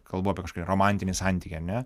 kalbu apie kažkokį romantinį santykį ar ne